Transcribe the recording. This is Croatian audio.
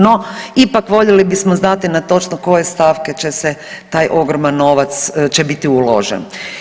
No ipak voljeli bismo znati na točno koje stavke će se taj ogroman novac, će biti uložen.